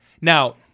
Now